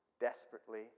Desperately